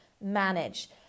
manage